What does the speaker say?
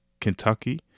Kentucky